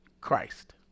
Christ